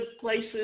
places